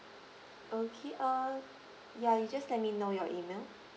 okay uh ya you just let me know your email